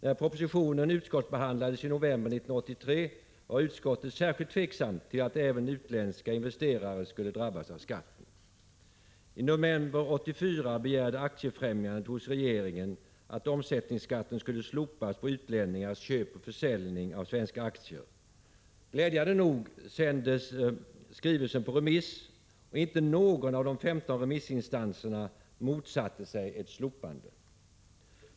När propositionen utskottsbehandlades i november 1983 var utskottet särskilt tveksamt till att även utländska investerare skulle drabbas av skatt. I november 1984 begärde Aktiefrämjandet hos regeringen att omsättningsskatten skulle slopas på utlänningars köp och försäljning av svenska aktier. Glädjande nog sändes skrivelsen på remiss, och inte någon av de 15 remissinstanserna motsatte sig ett slopande av skatten.